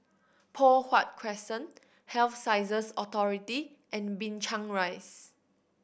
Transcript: Poh Huat Crescent Health Sciences Authority and Binchang Rise